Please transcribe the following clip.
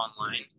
online